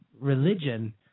religion